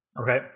Okay